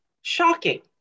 Shocking